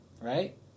right